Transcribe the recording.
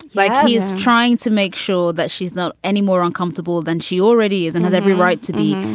like he's trying to make sure that she's not any more uncomfortable than she already is and has every right to be.